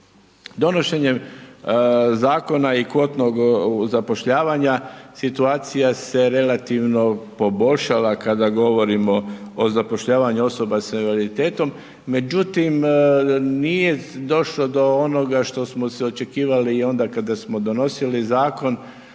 Donošenje zakona i kvotnog zapošljavanja situacija s relativno poboljšala kada govorimo o zapošljavanju osoba s invaliditetom, međutim, nije došlo do onoga što smo se očekivali i onoga kada smo donosili zakon,